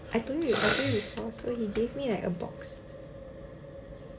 I told you I told you before so he gave me like a box